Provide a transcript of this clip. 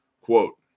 quote